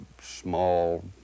small